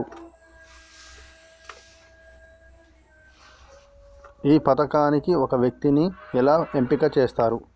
ఈ పథకానికి ఒక వ్యక్తిని ఎలా ఎంపిక చేస్తారు?